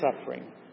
suffering